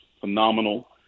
phenomenal